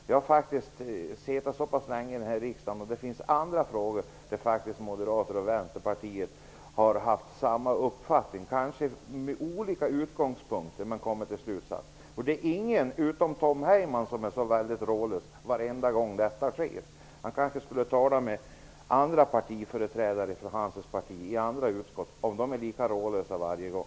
Jag har faktiskt suttit i denna riksdag i många år. Det finns andra frågor där Moderaterna och Vänsterpartiet har haft samma uppfattning. Vi kanske har haft olika utgångspunkter men kommit till samma slutsatser. Det finns ingen annan än Tom Heyman som blir så rådlös när detta sker. Han kanske skulle fråga andra företrädare för sitt parti om de är lika rådlösa varje gång.